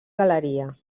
galeria